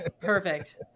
Perfect